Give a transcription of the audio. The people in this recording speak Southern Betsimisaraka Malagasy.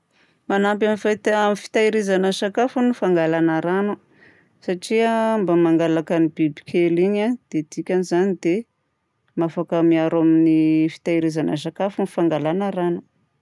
Manampy amin'ny fahite- fitehirizana sakafo ny fangalana rano satria mba mangalaka ny biby kely igny a dia dikany izany dia mafaka miaro amin'ny fitahirizana sakafo ny fangalana rano.